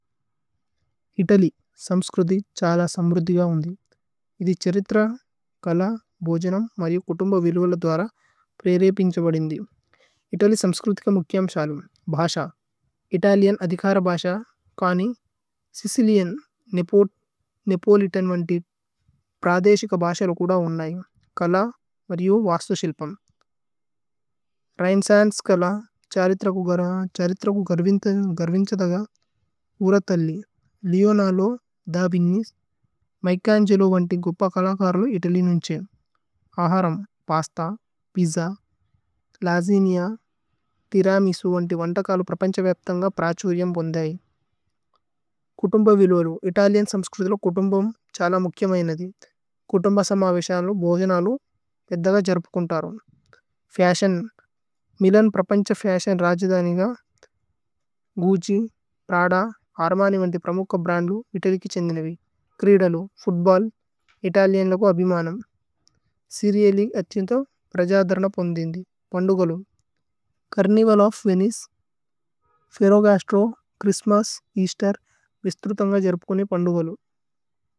Italy സമ്സ്ക്രുതി ചാല സമ്രുതി ഗൌന്ദി। ഇതി ഛരിത്ര കല ബോജേനമ് മരി കുതുമ്ഭ। വില്വല ദ്വര പ്രഏ രേപിന്ഛ ബദിന്ദി ഇതലി। സമ്സ്ക്രുതി ക മുക്കിയമ് ശലു ബഹശ ഇതലിഅന്। അദിഖര ബഹശ കനി സിചിലിഅന് നേപോ ലിതന്। വന്തി പ്രദേശിക ബഹശ ലു കുദ ഉന്ഹ കല। മരിഓ വാസ്തു ശില്പമ് രേഇന്സന്സ്കല ഛരിത്ര। കു ഗര ഛരിത്ര കു ഗര്വിന്ഥ ഗര്വിന്ത്ഛദഗ। ഉരതല്ലി ലിഓനലോ ദ വിന്നിസ് മിചന്ഗേലോ വന്തി। ഗുപ്പ കലകര ലു ഇതലി നുന്ഛേ അഹരമ് പസ്ത। പിജ്ജ, ലസിനിഅ, തിരമിസു വന്തി വന്തകലു। പ്രപന്ഛ വേഅപ്ഥന്ഗ പ്രാഛുരിഅമ് ബുന്ധേ ഹൈ। കുതുമ്ഭ വില്വലു ഇതലി സമ്സ്ക്രുതി ലു കുതുമ്ഭ। മു കുക്യമ് ഉന്ഹ ധി കുതുമ്ഭ സമവിശ ലു। ബോജനലു ഏദ്ദഗ ജര്പുകുന്താരുമ് ഫശിഓന് മിലോന്। പ്രപന്ഛ ഫശിഓന് രജിധാനിഗ ഗുജി പ്രദ। അര്മനിവന്തി പ്രമുക്ക ബ്രന്ദു ഇതലി കിഛിന്ദിനേവി। ഛ്രേദ ലു ഫുത്ബല് ഇതല്യന് ലു കോ അഭി മനമ്। ഛേരേഅലി അഛ്യുന്ഥ പ്രജദര്ന പോന്ധിന്ദി। പന്ദുഗലു carnival of Venice Ferragosto. Christmas, Easter, വിസ്ത്രുതന്ഗ ജര്പുകുന്നി പന്ദുഗലു।